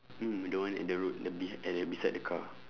mm the one at the road the behi~ at the beside the car